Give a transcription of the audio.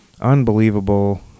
Unbelievable